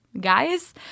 guys